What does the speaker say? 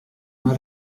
una